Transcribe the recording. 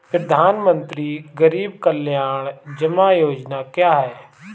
प्रधानमंत्री गरीब कल्याण जमा योजना क्या है?